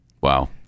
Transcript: wow